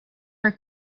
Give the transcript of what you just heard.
are